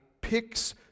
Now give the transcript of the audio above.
picks